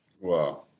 Wow